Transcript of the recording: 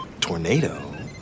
tornado